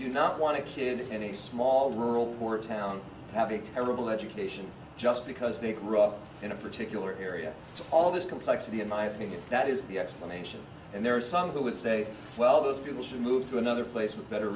do not want to kid in a small rural poor town have a terrible education just because they grew up in a particular area all of this complexity in my opinion that is the explanation and there are some who would say well those people should move to another place with better